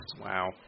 Wow